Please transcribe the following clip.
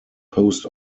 post